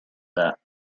that